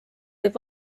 võib